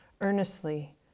earnestly